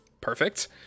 Perfect